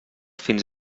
fins